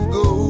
go